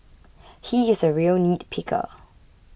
he is a real nitpicker